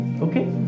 Okay